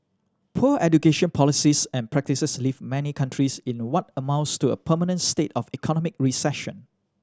poor education policies and practices leave many countries in what amounts to a permanent state of economic recession